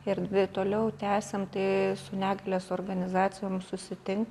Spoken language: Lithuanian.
ir dvi toliau tęsiam tai su negalios organizacijom susitinkam